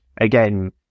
again